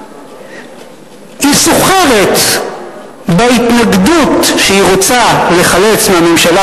היא סוחרת בהתנגדות שהיא רוצה לחלץ מהממשלה